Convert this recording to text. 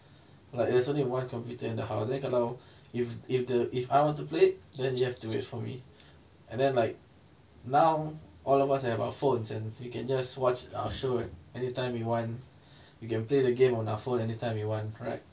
like there's only one computer in the house then kalau if the if I want to play then he have to wait for me and then like now all of us have our phones and we can just watch our show anytime you want you can play the game on our phone anytime you want correct yes